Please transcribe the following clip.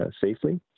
safely